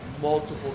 multiple